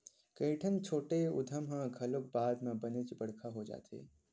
कइठन छोटे उद्यम ह घलोक बाद म बनेच बड़का हो जाथे